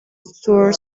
zur